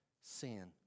sin